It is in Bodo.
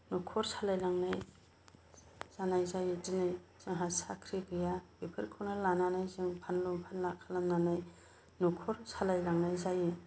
न'खर सालायलांनाय जानाय जायो दिनै जोंहा साख्रि गैया बेफोरखौनो लानानै जों फानलु फानला खालामनानै न'खर सालायलांनाय जायो